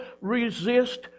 resist